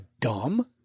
dumb